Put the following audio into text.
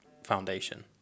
foundation